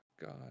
God